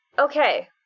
okay